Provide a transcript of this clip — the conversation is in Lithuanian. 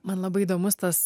man labai įdomus tas